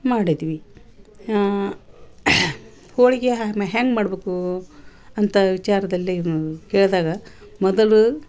ಮಾಡಿದ್ವಿ ಹಾಂ ಹೋಳಿಗೆ ಹ್ಯಾಂಗೆ ಮಾಡಬೇಕು ಅಂತ ವಿಚಾರದಲ್ಲಿ ನಾವು ಕೇಳ್ದಾಗ ಮೊದಲು